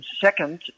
Second